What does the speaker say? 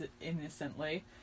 innocently